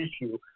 issue